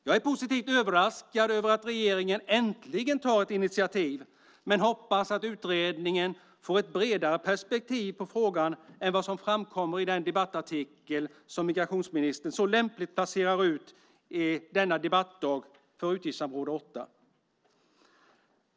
Jag är positivt överraskad över att regeringen äntligen tar ett initiativ, men hoppas att utredningen får ett bredare perspektiv på frågan än vad som framkommer i den debattartikel som migrationsministern så lämpligt placerat ut denna debattdag för utgiftsområde 8.